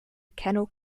kennel